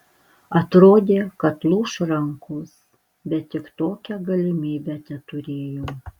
atrodė kad lūš rankos bet tik tokią galimybę teturėjau